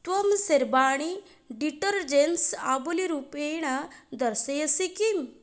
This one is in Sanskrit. त्वं सर्वाणि डिटर्जेण्ट्स् आवलिरूपेण दर्शयसि किम्